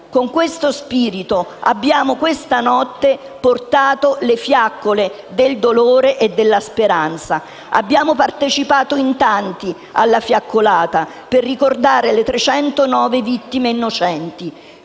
Con questo spirito abbiamo questa notte portato le fiaccole del dolore e della speranza. Abbiamo partecipato in tanti alla fiaccolata per ricordare le 309 vittime innocenti,